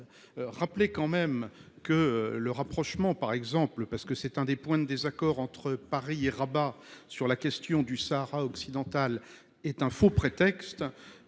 Rappelez quand même que le rapprochement par exemple, parce que c'est un des points de désaccord entre Paris et Rabat sur la question du Sahara Occidental, est un faux prétexte